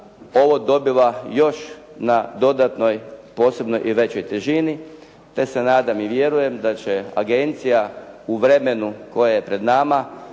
ovo dobila još na dodatnoj, posebnoj i većoj težini te se nadam i vjerujem da će agencija u vremenu koje je pred nama